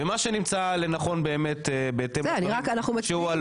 ומה שנמצא לנכון באמת בהתאם לדברים שהועלו.